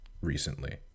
recently